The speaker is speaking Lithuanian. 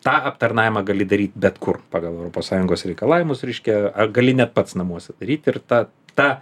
tą aptarnavimą gali daryt bet kur pagal europos sąjungos reikalavimus reiškia ar gali net pats namuose daryt ir ta ta